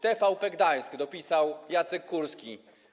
TVP Gdańsk - dopisał Jacek Kurski.